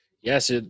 Yes